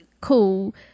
cool